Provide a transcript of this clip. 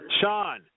Sean